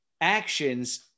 Actions